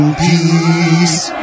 peace